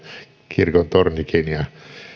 kirkontornikin ja naakkahan